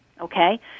Okay